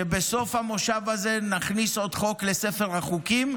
כשבסוף המושב הזה נכניס עוד חוק לספר החוקים,